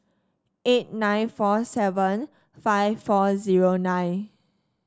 eight nine four seven five four zero nine